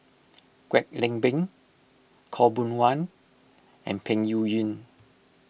Kwek Leng Beng Khaw Boon Wan and Peng Yuyun